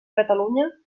catalunya